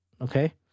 okay